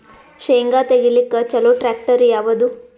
ಶೇಂಗಾ ತೆಗಿಲಿಕ್ಕ ಚಲೋ ಟ್ಯಾಕ್ಟರಿ ಯಾವಾದು?